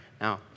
Now